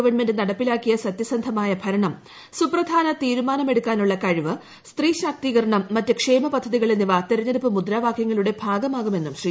government നടപ്പിലാക്കിയ സത്യസന്ധമായ ഭരണീക്ട്സ്പ്രധാന തീരുമാനമെടുക്കാനുള്ള കഴിവ് സ്ത്രീ ശാക്തീകർണം മറ്റ് ക്ഷേമ പദ്ധതികൾ എന്നിവ തെരഞ്ഞെടുപ്പ് മുദ്രാവാക്യങ്ങളുടെ ഭാഗമാകുമെന്നും ശ്രീ